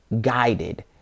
guided